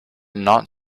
not